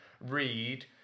read